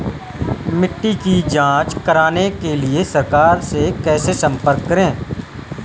मिट्टी की जांच कराने के लिए सरकार से कैसे संपर्क करें?